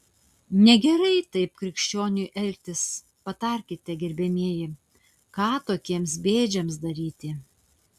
negerai taip krikščioniui elgtis patarkite gerbiamieji ką tokiems bėdžiams daryti